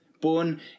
born